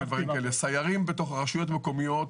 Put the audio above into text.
לסיירים בתוך רשויות מקומיות,